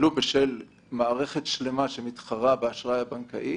ולו בשל מערכת שלמה שמתחרה באשראי הבנקאי.